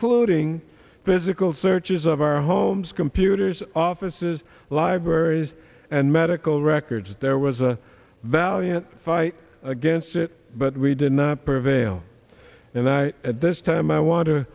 including physical searches of our homes computers offices libraries and medical records there was a valiant fight against it but we did not prevail and i at this time